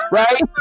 right